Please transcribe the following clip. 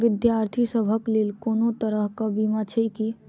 विद्यार्थी सभक लेल कोनो तरह कऽ बीमा छई की?